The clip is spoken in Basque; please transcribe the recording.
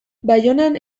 baionan